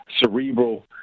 cerebral